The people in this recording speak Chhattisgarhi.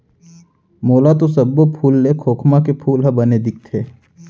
मोला तो सब्बो फूल ले खोखमा के फूल ह बने दिखथे